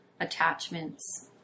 attachments